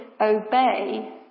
obey